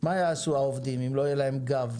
מה יעשו העובדים אם לא יהיה להם גב?